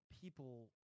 people